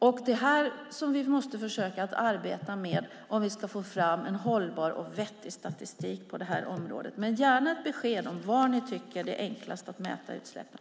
Det är det här vi måste försöka arbeta med om vi ska få fram en hållbar och vettig statistik på det här området. Men ge mig gärna ett besked om var ni tycker att det är enklast att mäta utsläppen.